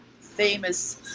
famous